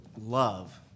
love